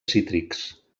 cítrics